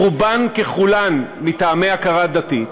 רובן ככולן מטעמי הכרה דתית.